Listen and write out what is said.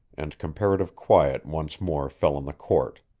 and comparative quiet once more fell on the court.